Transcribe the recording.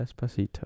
Despacito